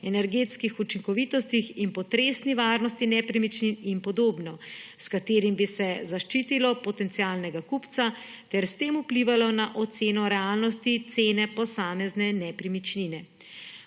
energetskih učinkovitostih in potresni varnosti nepremičnin ter podobno, s čimer bi se zaščitilo potencialnega kupca ter s tem vplivalo na oceno realnosti cene posamezne nepremičnine.